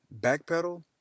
backpedal